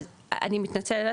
אז אני מתנצלת,